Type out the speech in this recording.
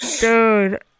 Dude